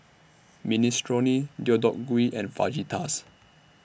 Minestrone Deodeok Gui and Fajitas